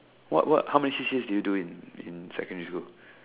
what what how many C_C_As did you do in in secondary school